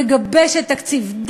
מגבשת תקציב,